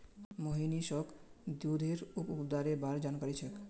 मोहनीशक दूधेर उप उत्पादेर बार जानकारी छेक